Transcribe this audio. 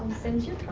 since you're